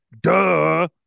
Duh